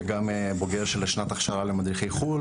וגם בוגר של שנת הכשרה למדריכי חו"ל,